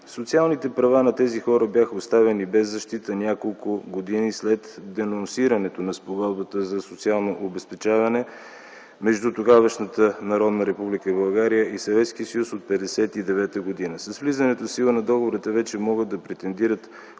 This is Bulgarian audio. Социалните права на тези хора бяха оставени без защита няколко години след денонсирането на Спогодбата за социално обезпечаване между тогавашната Народна република България и Съветския съюз от 1959 г. С влизането в сила на договора вече могат да претендират